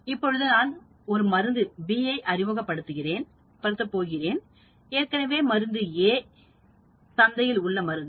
இப்போது நான் ஒரு மருந்து B ஐ அறிமுகப்படுத்தப் போகிறேன் ஏற்கனவே மருந்து A என்பது ஏற்கனவே சந்தையில் உள்ள மருந்து